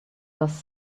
was